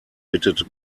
bittet